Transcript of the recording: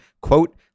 quote